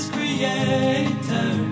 Creator